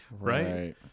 Right